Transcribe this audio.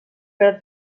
per